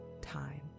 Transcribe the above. time